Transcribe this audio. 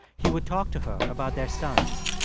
he would talk to her about their sons.